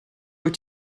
wyt